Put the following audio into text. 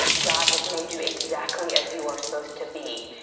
god has made you exactly as you are supposed to be,